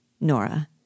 Nora